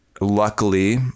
luckily